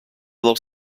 dels